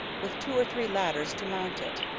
with two or three ladders to mount it.